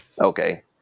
Okay